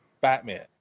Batman